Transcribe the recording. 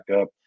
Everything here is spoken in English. up